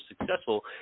successful